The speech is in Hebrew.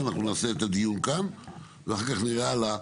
אנחנו נעשה את הדיון כאן ואחר כך נראה הלאה.